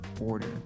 order